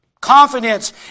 Confidence